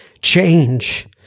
change